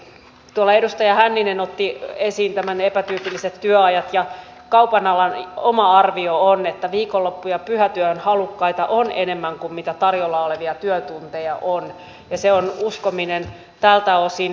tuolla edustaja hänninen otti esiin nämä epätyypilliset työajat ja kaupan alan oma arvio on että viikonloppu ja pyhätyöhön halukkaita on enemmän kuin mitä tarjolla olevia työtunteja on ja siihen on uskominen tältä osin